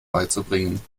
beizubringen